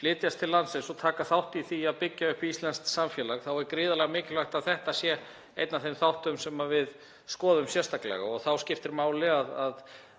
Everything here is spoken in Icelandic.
flytjast til landsins og taka þátt í því að byggja upp íslenskt samfélag. Þá er gríðarlega mikilvægt að þetta sé einn af þeim þáttum sem við skoðum sérstaklega og skiptir máli að